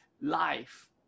life